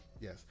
Yes